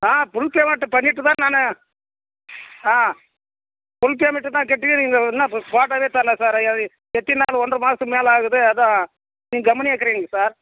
ஆ full payment பண்ணிவிட்டு தான் நான் ஆ ஃபுல் பேமெண்ட்டு தான் கட்டி நீங்கள் என்னா போ போட்டாவே தரல சார் எத்தின் நாள் ஒன்றரை மாசத்துக்கு மேல் ஆகுது அதான் நீங்கள் கம்முன்னே இருக்குறீங்க சார்